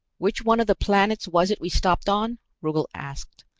which one of the planets was it we stopped on? rugel asked.